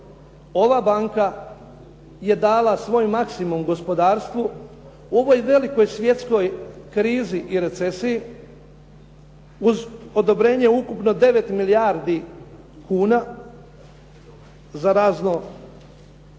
ova banka je dala svoj maksimum gospodarstvu, u ovoj velikoj svjetskoj krizi i recesiji uz odobrenje ukupno 9 milijardi kuna za razna